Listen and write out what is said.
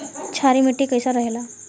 क्षारीय मिट्टी कईसन रहेला?